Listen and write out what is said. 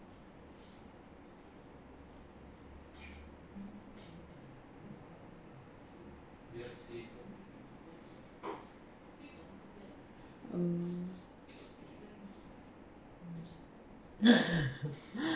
um